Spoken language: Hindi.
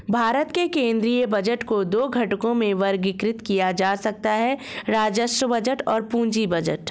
भारत के केंद्रीय बजट को दो घटकों में वर्गीकृत किया जा सकता है राजस्व बजट और पूंजी बजट